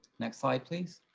next slide, please.